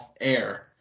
air